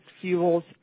fuels